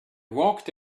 walked